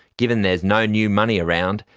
given there is no new money around,